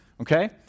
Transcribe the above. Okay